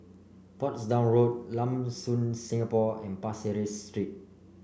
Portsdown Road Lam Soon Singapore and Pasir Ris Street